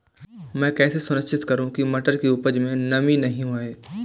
मैं कैसे सुनिश्चित करूँ की मटर की उपज में नमी नहीं है?